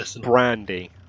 brandy